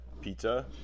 pizza